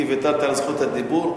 כי ויתרת על זכות הדיבור?